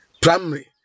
primary